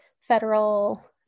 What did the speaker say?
federal